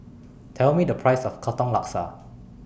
Tell Me The Price of Katong Laksa